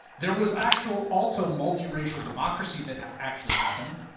there was actual also multiracial democracy that actually happened,